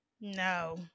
No